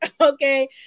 okay